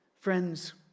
Friends